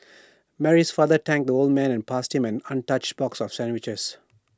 Mary's father thanked the old man and passed him an untouched box of sandwiches